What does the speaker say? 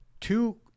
two